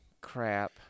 crap